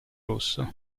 rosso